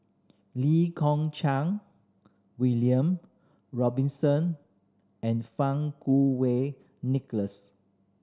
Lee Kong Chian William Robinson and Fang Kuo Wei Nicholas